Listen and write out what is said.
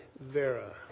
Vera